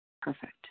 Perfect